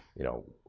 you know,